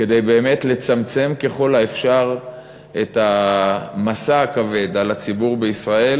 כדי באמת לצמצם ככל האפשר את המשא הכבד על הציבור בישראל,